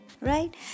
right